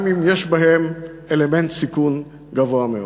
גם אם יש בהן אלמנט סיכון גבוה מאוד.